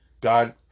God